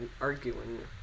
arguing